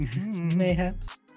Mayhaps